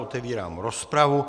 Otevírám rozpravu.